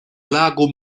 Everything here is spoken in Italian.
lago